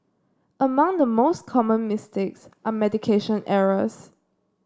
among the most common mistakes are medication errors